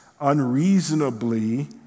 unreasonably